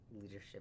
leadership